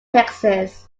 texas